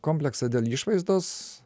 kompleksą dėl išvaizdos